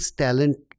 talent